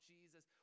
Jesus